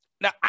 now